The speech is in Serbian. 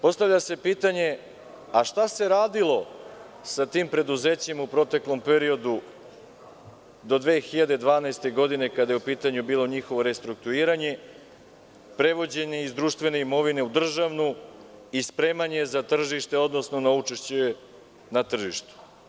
Postavlja se pitanje – šta se radilo sa tim preduzećima u proteklom periodu do 2012. godine, kada je u pitanju bilo njihovo restrukturiranje, prevođenje iz društvene imovine u državnu i spremanje za tržište, odnosno za učešće na tržištu?